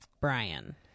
Brian